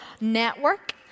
network